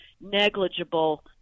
negligible